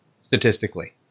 statistically